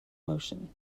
motion